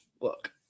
look